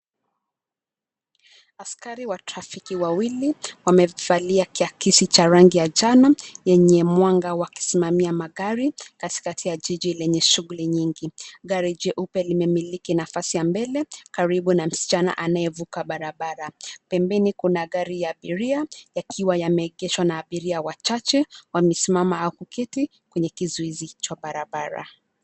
Askari trafiki wawili wamevalia kiakisi cha rangi ya manjano, yenye mwanga wa kusimamia magari katikati ya jiji lenye shughuli nyingi. Gari jeupe limemiliki nafasi ya mbele karibu na msichana anayevuka barabara. Pembeni kuna gari ya abiria yakiwa yameegeshwa na abiria wachache wamesimama au kuketi kwenye kizuizi cha barabara.